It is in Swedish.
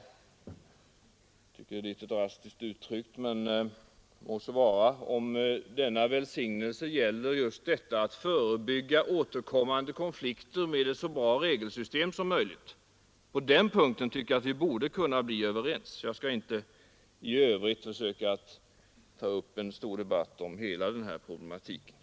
Det tycker jag är litet drastiskt uttryckt, men må så vara, om denna välsignelse gäller just detta att förebygga återkommande konflikter genom ett så bra regelsystem som möjligt. På den punkten tycker jag att vi borde kunna bli överens. Jag skall inte i övrigt ta upp en stor debatt om hela den här problematiken.